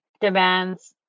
demands